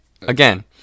again